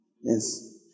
Yes